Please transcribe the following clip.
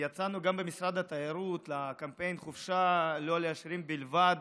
יצאנו גם במשרד התיירות בקמפיין "חופשה לא לעשירים בלבד".